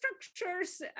structures